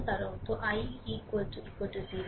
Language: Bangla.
তার অর্থ i 0